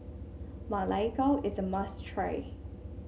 Ma Lai Gao is a must try